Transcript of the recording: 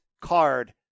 card